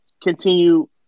continue